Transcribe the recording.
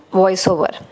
voiceover